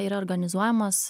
yra organizuojamas